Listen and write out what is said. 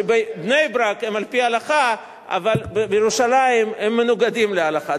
שבבני-ברק הם על-פי ההלכה אבל בירושלים הם מנוגדים להלכה.